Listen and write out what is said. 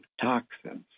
toxins